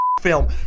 film